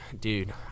Dude